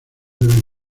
deben